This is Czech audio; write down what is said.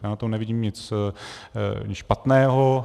Na tom nevidím nic špatného.